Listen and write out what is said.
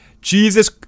Jesus